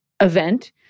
event